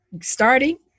starting